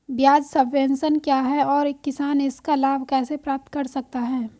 ब्याज सबवेंशन क्या है और किसान इसका लाभ कैसे प्राप्त कर सकता है?